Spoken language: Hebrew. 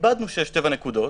איבדנו 7 נקודות.